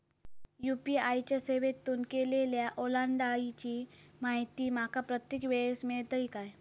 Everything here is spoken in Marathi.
यू.पी.आय च्या सेवेतून केलेल्या ओलांडाळीची माहिती माका प्रत्येक वेळेस मेलतळी काय?